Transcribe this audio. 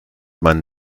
man